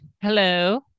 Hello